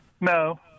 No